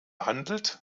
handelt